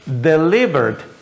delivered